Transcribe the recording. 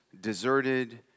deserted